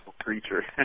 creature